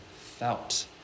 felt